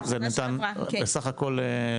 זה ניתן לשנה בסך הכול?